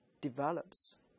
develops